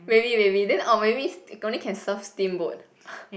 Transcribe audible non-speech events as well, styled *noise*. maybe maybe then orh maybe *noise* only can serve steamboat *laughs*